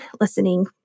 listening